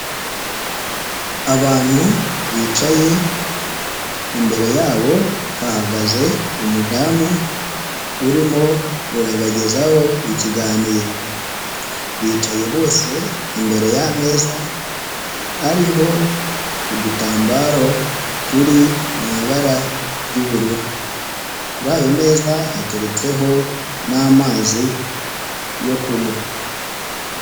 Abantu bicaye, imbere yabo hahagaze umudamu urimo urabagezaho ikiganiro, bicaye bose imbere y'ameza ariho udutambaro turi mu ibara ry'ubururu, kuri ayo meza hateretseho n'amazi yo kunywa.